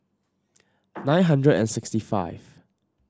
nine hundred and sixty five